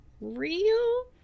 real